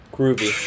Groovy